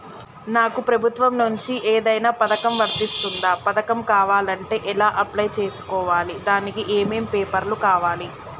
నాకు ప్రభుత్వం నుంచి ఏదైనా పథకం వర్తిస్తుందా? పథకం కావాలంటే ఎలా అప్లై చేసుకోవాలి? దానికి ఏమేం పేపర్లు కావాలి?